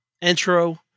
intro